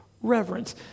reverence